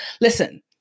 Listen